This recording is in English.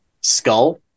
Skull